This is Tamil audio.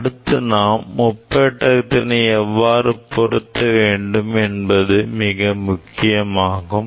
அடுத்து நாம் முப்பெட்டகத்தினை எவ்வாறு பொருத்த வேண்டும் என்பது மிக முக்கியமாகும்